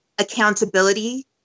accountability